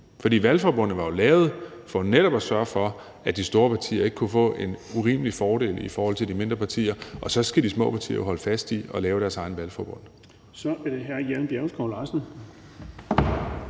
for valgforbundet var jo lavet for netop at sørge for, at de store partier ikke kunne få en urimelig fordel i forhold til de mindre partier, og så skal de små partier jo holde fast i at lave deres egne valgforbund. Kl. 17:40 Den fg. formand (Erling